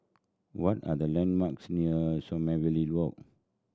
what are the landmarks near Sommerville Walk